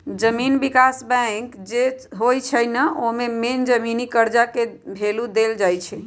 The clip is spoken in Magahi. जमीन विकास बैंक जे होई छई न ओमे मेन जमीनी कर्जा के भैलु देल जाई छई